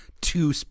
two